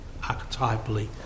archetypally